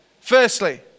Firstly